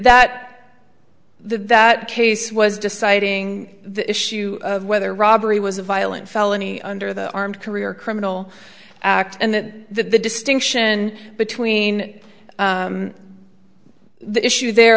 the that case was deciding the issue of whether robbery was a violent felony under the armed career criminal act and that the distinction between the issue there